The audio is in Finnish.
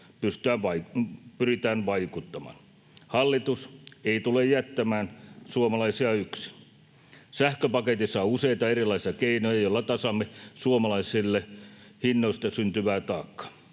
pyritään vaikuttamaan. Hallitus ei tule jättämään suomalaisia yksin. Sähköpaketissa on useita erilaisia keinoja, joilla tasaamme suomalaisille hinnoista syntyvää taakkaa: